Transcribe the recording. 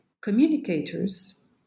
communicators